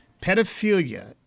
pedophilia